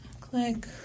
Click